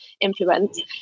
influence